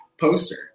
poster